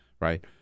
right